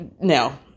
No